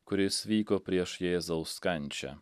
kuris vyko prieš jėzaus kančią